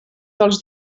dels